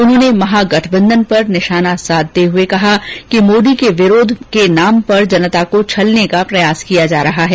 उन्होंने महागठबंधन पर निशाना साधते हुए कहा कि मोदी के विरोध के नाम पर जनता को छलने का प्रयास किया जा रहा है